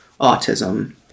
autism